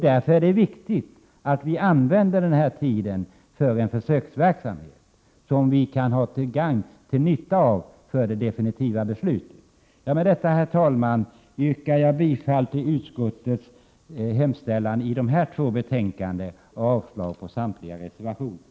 Därför är det viktigt att vi använder tiden för försöksverksamheten så att det kan vara till gagn för det definitiva beslutet. Med detta, herr talman, yrkar jag bifall till utskottets hemställan i dessa två betänkanden och avslag på samtliga reservationer.